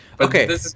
Okay